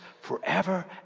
forever